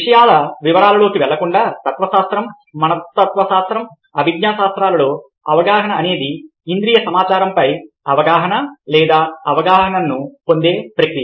విషయాల వివరాలలోకి వెళ్లకుండా తత్వశాస్త్రం మనస్తత్వశాస్త్రం మరియు అభిజ్ఞా శాస్త్రాలలో అవగాహన అనేది ఇంద్రియ సమాచారంపై అవగాహన లేదా అవగాహనను పొందే ప్రక్రియ